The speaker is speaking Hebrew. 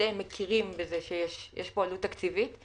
אנחנו מכירים בזה שיש פה עלות תקציבית.